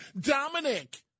Dominic